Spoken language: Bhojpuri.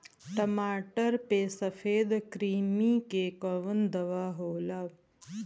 टमाटर पे सफेद क्रीमी के कवन दवा होला?